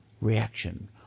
reaction